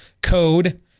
code